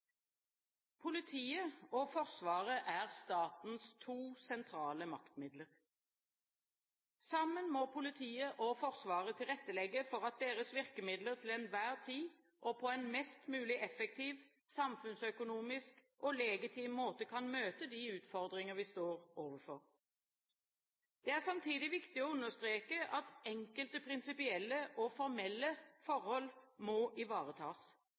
Politiet og Forsvaret er statens to sentrale maktmidler. Sammen må politiet og Forsvaret tilrettelegge for at deres virkemidler til enhver tid og på en mest mulig effektiv, samfunnsøkonomisk og legitim måte kan møte de utfordringer vi står overfor. Det er samtidig viktig å understreke at enkelte prinsipielle og formelle forhold må ivaretas.